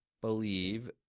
believe